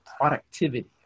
productivity